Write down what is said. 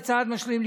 כצעד משלים,